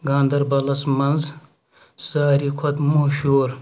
گاندَربَلَس مَنٛز ساروے کھۄتہٕ مشہوٗر